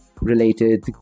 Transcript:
related